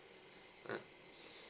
uh